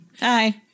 Hi